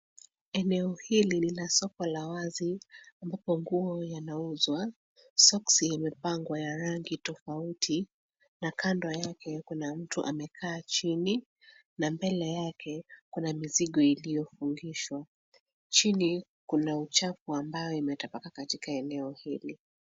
Eneo hili ni la soko la wazi, ambapo manguo yanauzwa. Soksi imepangwa ya rangi tofauti, na kando yake kuna mtu amekaa chini, na mbele yake kuna mizigo iliyofungishwa. Chini kuna uchafu ambao umetapakaa katika eneo hili.